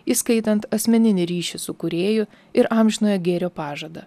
įskaitant asmeninį ryšį su kūrėju ir amžinojo gėrio pažadą